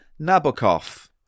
Nabokov